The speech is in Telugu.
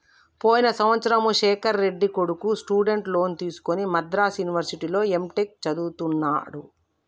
పోయిన సంవత్సరము శేఖర్ రెడ్డి కొడుకు స్టూడెంట్ లోన్ తీసుకుని మద్రాసు యూనివర్సిటీలో ఎంటెక్ చదువుతున్నడు